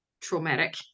traumatic